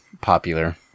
popular